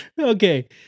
Okay